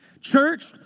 Church